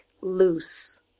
loose